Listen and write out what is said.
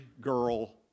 girl